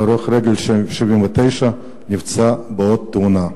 והולך רגל בן 79 נפצע בעוד תאונה.